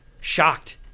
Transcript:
shocked